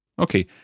Okay